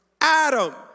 Adam